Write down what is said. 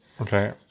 okay